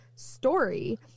Story